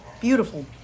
beautiful